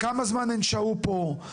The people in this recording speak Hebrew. כמה זמן הן שהו פה,